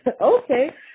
okay